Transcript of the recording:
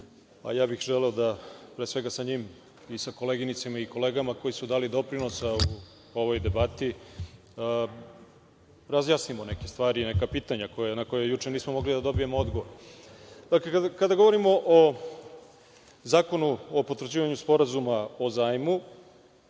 ja bih želeo da sa njim i sa koleginicama i sa kolegama koji su dali doprinos ovoj debati razjasnimo neke stvari, neka pitanja na koja juče nismo mogli da dobijemo odgovor. Dakle, kada govorimo o Zakonu o potvrđivanju Sporazuma o zajmu